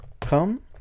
come